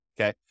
okay